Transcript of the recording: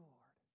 Lord